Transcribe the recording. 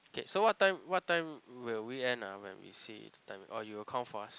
okay so what time what time will we end ah when we see the time oh you will count for us